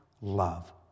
love